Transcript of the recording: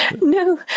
No